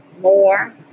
more